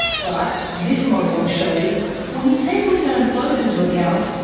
but this modelling shows when you take return flows into account,